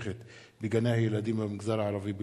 המתמשכת בגני-הילדים במגזר הערבי בלוד,